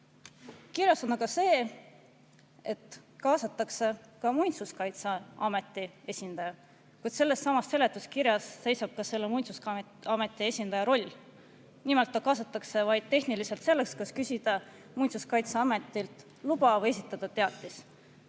Kirjas on ka see, et kaasatakse Muinsuskaitseameti esindaja, ja seletuskirjas seisab selle Muinsuskaitseameti esindaja roll. Nimelt, ta kaasatakse vaid tehniliselt selleks, et [saada] Muinsuskaitseametilt luba või esitada teatis.